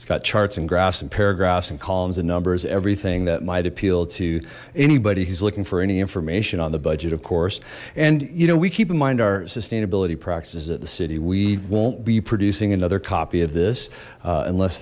it's got charts and graphs and paragraphs and columns and numbers everything that might appeal to anybody who's looking for any information on the budget of course and you know we keep in mind our sustainability practices at the city we won't be producing another copy of this unless